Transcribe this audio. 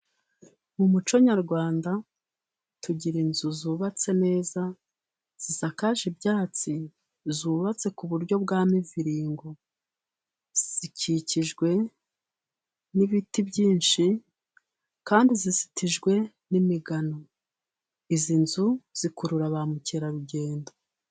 Mu muco nyarwanda tugira inzu zubatse neza, zisakaje ibyatsi, zubatse ku buryo bwa muviringu, zikikijwe n'ibiti byinshi kandi zikitijwe n'imigano. Izi nzu zikurura ba mukerarugendo.